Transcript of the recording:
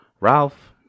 Ralph